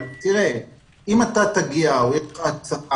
אם אתה תגיע או יש לך הצעה